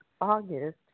August